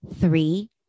Three